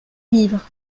livres